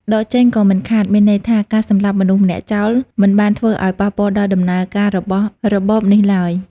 «ដកចេញក៏មិនខាត» មានន័យថា ការសម្លាប់មនុស្សម្នាក់ចោល មិនបានធ្វើឱ្យប៉ះពាល់ដល់ដំណើរការរបស់របបនេះឡើយ។